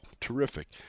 terrific